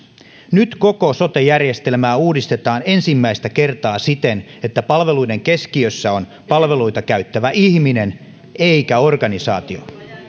nyt koko sote järjestelmää uudistetaan ensimmäistä kertaa siten että palveluiden keskiössä on palveluita käyttävä ihminen eikä organisaatio